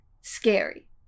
scary